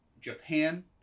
Japan